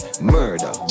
murder